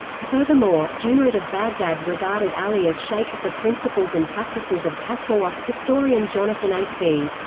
furthermore, junayd of baghdad regarded ali as sheikh of the principals and practices of tasawwuf historian jonathan a c.